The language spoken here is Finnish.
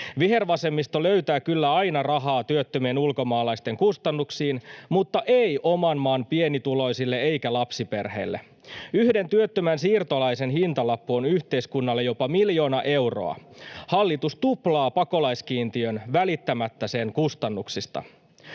Vihervasemmisto löytää kyllä aina rahaa työttömien ulkomaalaisten kustannuksiin mutta ei oman maan pienituloisille eikä lapsiperheille. Yhden työttömän siirtolaisen hintalappu on yhteiskunnalle jopa miljoona euroa. Hallitus tuplaa pakolaiskiintiön välittämättä sen kustannuksista.